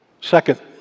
Second